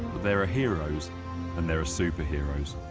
there are heroes and there are superheroes.